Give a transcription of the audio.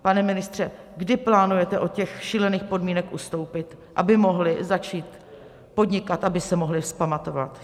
Pane ministře, kdy plánujete od těch šílených podmínek ustoupit, aby mohli začít podnikat, aby se mohli vzpamatovat?